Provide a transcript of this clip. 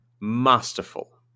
masterful